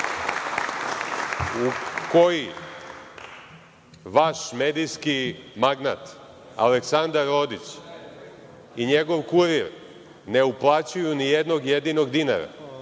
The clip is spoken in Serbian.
u koji vaš medijski magnat, Aleksandar Rodić i njegov „Kurir“, ne uplaćuju ni jednog jedinog dinara. Prema